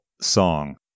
song